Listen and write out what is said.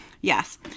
Yes